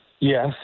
Yes